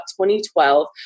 2012